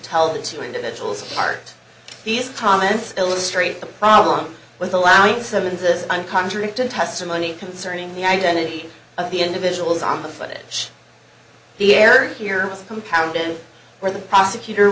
tell the two individuals part these comments illustrate the problem with allowing summonses i'm contradicting tests money concerning the identity of the individuals on the footage the air here compounded where the prosecutor